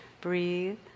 breathe